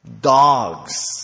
dogs